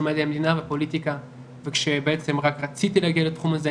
מדעי המדינה ופוליטיקה וכשבעצם רק רציתי להגיע לתחום הזה,